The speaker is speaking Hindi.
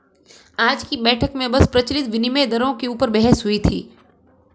आज की बैठक में बस प्रचलित विनिमय दरों के ऊपर बहस हुई थी